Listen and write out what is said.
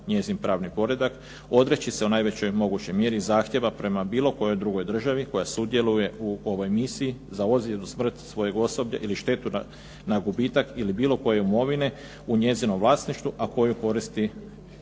njezin pravni poredak odreći se u najvećoj mogućoj mjeri zahtjeva prema bilo kojoj drugoj državi koja sudjeluje u ovoj misiji za ozljedu, smrt svojeg osoblja ili štetu na gubitak ili bilo koje imovine u njezinom vlasništvu, a koju koristi